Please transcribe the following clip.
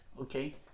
okay